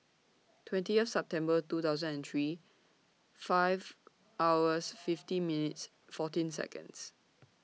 twentieth September two thousand and three five hours fifty minutes fourteen Seconds